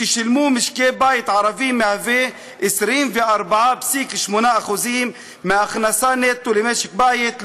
ששילמו משקי בית ערבים מהווה 24.8% מההכנסה נטו למשק בית,